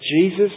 Jesus